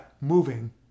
moving